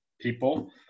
people